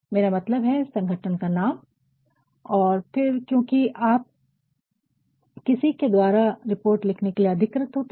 मेरा मतलब है संगठन का नाम और फिर क्योंकि आप किसी के द्वारा रिपोर्ट लिखने के लिए अधिकृत होते हैं